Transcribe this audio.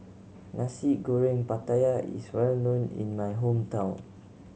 Nasi Goreng Pattaya is well known in my hometown